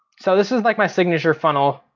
so this is like my signature funnel.